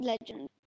legend